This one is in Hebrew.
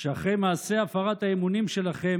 שאחרי מעשה הפרת האמונים שלכם,